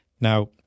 Now